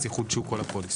אז יחודשו כל הפוליסות.